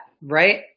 Right